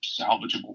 salvageable